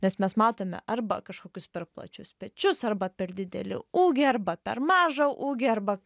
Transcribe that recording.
nes mes matome arba kažkokius per plačius pečius arba per dideli ūgiai arba per mažą ūgį arba